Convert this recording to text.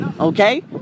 Okay